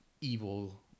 evil